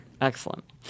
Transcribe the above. Excellent